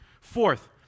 Fourth